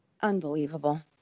unbelievable